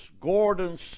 Gordon's